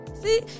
see